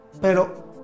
pero